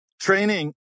training